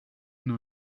nur